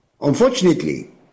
Unfortunately